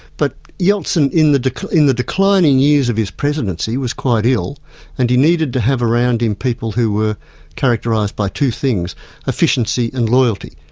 but yelstin in the declining the declining years of his presidency was quite ill and he needed to have around him people who were characterised by two things efficiency and loyalty.